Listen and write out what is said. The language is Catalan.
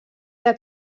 que